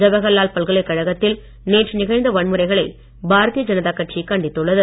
ஜவஹர்லால் பல்கலைக்கழகத்தில் நேற்று நிகழ்ந்த வன்முறைகளை பாரதிய ஜனதா கட்சி கண்டித்துள்ளது